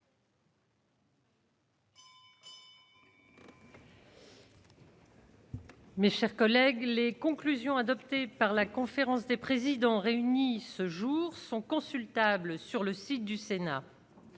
Mes chers collègues, les conclusions adoptées par la conférence des présidents, réunie ce jour sont consultables sur le site du Sénat,